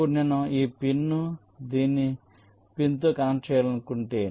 ఇప్పుడు నేను ఈ పిన్ను దీన్ని పిన్తో కనెక్ట్ చేయాలనుకుంటే